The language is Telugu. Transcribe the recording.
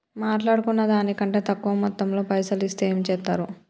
మాట్లాడుకున్న దాని కంటే తక్కువ మొత్తంలో పైసలు ఇస్తే ఏం చేత్తరు?